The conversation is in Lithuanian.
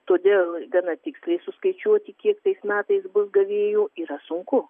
todėl gana tiksliai suskaičiuoti kiek tais metais bus gavėjų yra sunku